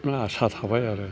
आसा थाबाय आरो